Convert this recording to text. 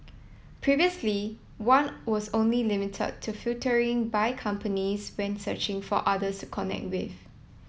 previously one was only limited to filtering by companies when searching for others to connect with